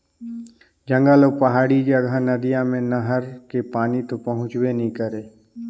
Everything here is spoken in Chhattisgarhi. जंगल अउ पहाड़ी जघा नदिया मे नहर के पानी तो पहुंचबे नइ करय